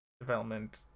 development